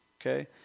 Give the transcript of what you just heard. Okay